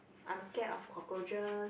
I'm scared of cockroaches